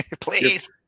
Please